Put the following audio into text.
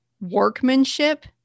workmanship